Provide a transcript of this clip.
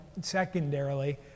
secondarily